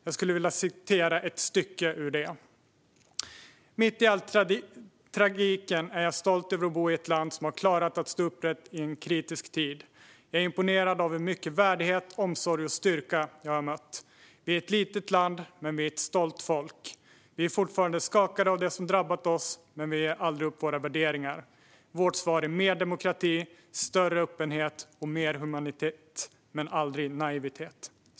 Jag vill citera ett stycke ur det: "Mitt i all tragiken är jag stolt över att bo i ett land som har klarat att stå upprätt i en kritisk tid. Jag är imponerad av hur mycket värdighet, omsorg och styrka jag har mött. Vi är ett litet land, men vi är ett stolt folk. Vi är fortfarande skakade av det som drabbat oss, men vi ger aldrig upp våra värderingar. Vårt svar är mer demokrati, större öppenhet och mer humanitet, men aldrig naivitet."